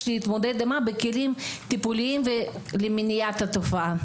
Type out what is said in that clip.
להתמודד עמה בכלים טיפוליים במניעת התופעה.